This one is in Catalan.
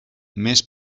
més